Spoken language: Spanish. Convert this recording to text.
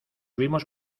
vimos